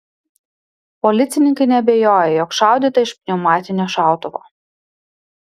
policininkai neabejoja jog šaudyta iš pneumatinio šautuvo